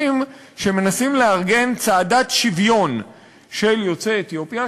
שמנסים לארגן צעדת שוויון של יוצאי אתיופיה,